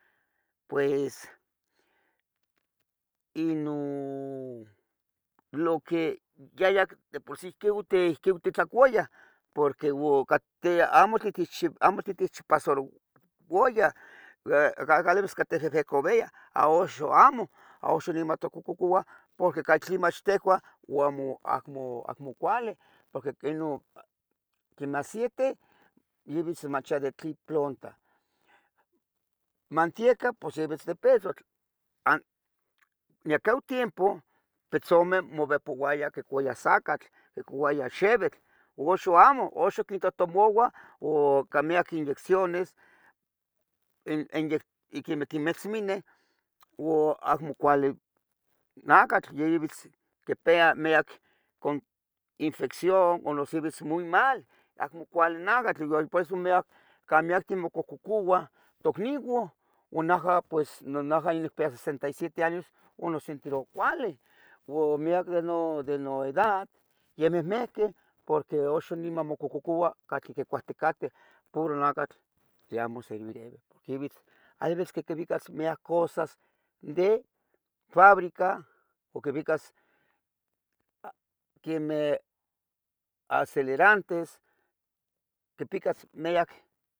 pues inon loque yayac de por sí que utitlacuayah amo tlen otechpasarouaya gaga cada vez cacateh devecoveya uan axun amo axan niman timococuah catli mach tejuan acmo cuali, quemeh aciete ya vitz madetlin planta, mantieca pos iuitz de petzontl. En quel tiempo petzomeh movehpouayah quicuayah sacatl quicuayah xevetl uxon amo uxan quintohtomauah ica miyic inyecciones, quinmetzmineh uo acmo cuale nacatl ya yavitz quipia miyac infección noso ivitz muy mal acmo cuali nacatl por eso miyac timocohcocouah in tocnigu. Onehgua ya nicpiya sesenta y siete años uan nosetiroua cualih. Miyac de no edad yomehmequeh porque uxan niman mocohcocoua catli quicuahticateh puro nacatl tlen amo servireva porque vitz hay veces que vicas mic cosas de fabrica o quivicas quemeh acelerantes quipicas miyac